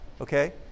Okay